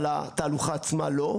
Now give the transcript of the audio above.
אבל התהלוכה עצמה לא.